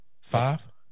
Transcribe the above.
five